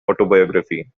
autobiography